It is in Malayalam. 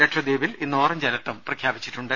ലക്ഷദ്വീപിൽ ഇന്ന് ഓറഞ്ച് അലർട്ടും പ്രഖ്യാപിച്ചിട്ടുണ്ട്